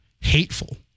hateful